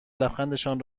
لبخندشان